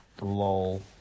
LOL